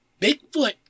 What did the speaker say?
Bigfoot